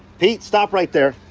pete! stop right there!